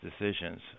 decisions